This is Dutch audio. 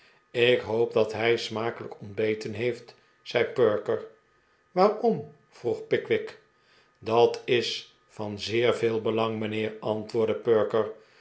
ik hoop dat hij smakelijk ontbeten heeft zei perker waarom vroeg pickwick dat is van zeer veel belang mijnheer antwoordde